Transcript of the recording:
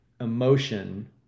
emotion